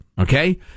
okay